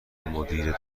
مدیر